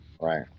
Right